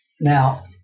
Now